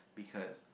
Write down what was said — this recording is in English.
because